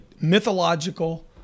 mythological